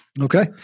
Okay